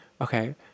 Okay